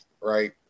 right